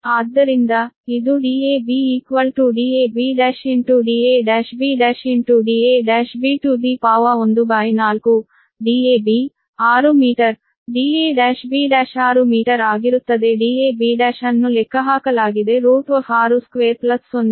ಆದ್ದರಿಂದ ಇದು Dab dab dab1 da1b1 da1b 14 dab 6 metre da1b1 6 metre ಆಗಿರುತ್ತದೆ dab1 ಅನ್ನು ಲೆಕ್ಕಹಾಕಲಾಗಿದೆ 62 0